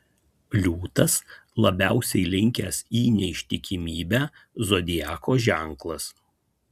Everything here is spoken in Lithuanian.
liūtas labiausiai linkęs į neištikimybę zodiako ženklas